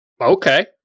Okay